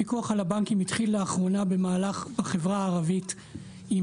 הפיקוח על הבנקים התחיל לאחרונה במהלך בחברה הערבית עם